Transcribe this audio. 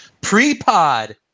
pre-pod